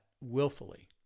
willfully